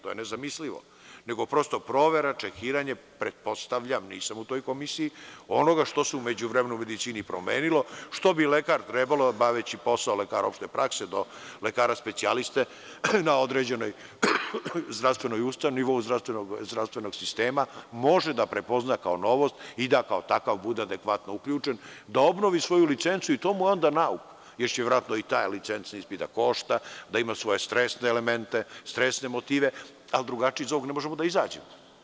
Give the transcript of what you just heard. To je nezamislivo, nego prosto provera, čekiranje, pretpostavljam, nisam u toj komisiji, onoga što se u međuvremenu u medicini promenilo, što bi lekar trebalo, baveći posao lekara opšte prakse do lekara specijaliste na određenoj zdravstvenoj ustanovi, na nivou zdravstvenog sistema, može da prepozna kao novost i da kao takav bude adekvatno uključen da obnovi svoju licencu i tu mu je onda nauk, jer će verovatno i ta licenca ispit da košta, da ima svoje stresne elemente, stresne motive, ali drugačije iz ovoga ne možemo da izađemo.